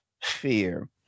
fear